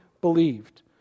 believed